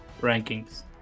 rankings